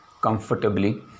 comfortably